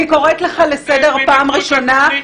אני קוראת אותך לסדר בפעם הראשונה,